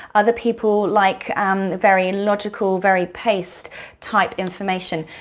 other people like very logical, very paced type information.